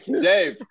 Dave